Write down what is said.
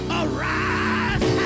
arise